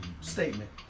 Statement